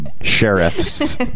sheriff's